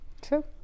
True